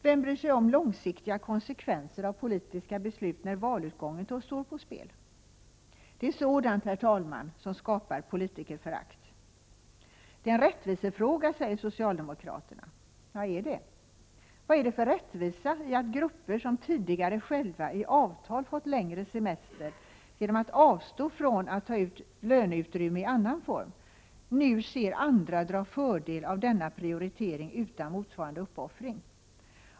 Vem bryr sig om långsiktiga konsekvenser av politiska beslut, när valutgången står på spel? Det är sådant, herr talman, som skapar politikerförakt. Detta är en rättvisefråga, säger socialdemokraterna. Är det? Vad är det för rättvisa i att grupper som tidigare själva i avtal fått längre semester genom att avstå från att ta ut löneutrymme i annan form nu ser andra dra fördel av denna prioritering utan motsvarande uppoffring?